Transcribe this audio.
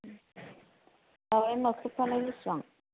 दाउराइ मोख्रेबफ्रालाय बेसेबां